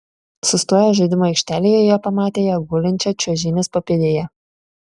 sustoję žaidimų aikštelėje jie pamatė ją gulinčią čiuožynės papėdėje